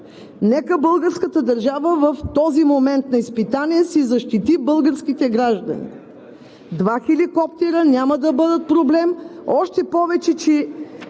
Нека българската държава в този момент на изпитание си защити българските граждани. Два хеликоптера няма да бъдат проблем, още повече че